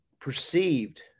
perceived